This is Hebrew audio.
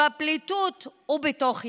בפליטות ובתוך ישראל,